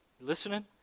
listening